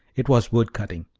it was wood-cutting,